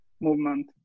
movement